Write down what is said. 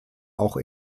auch